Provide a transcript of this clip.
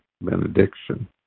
benediction